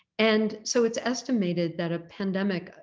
and so it's estimated that a pandemic,